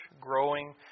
growing